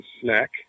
snack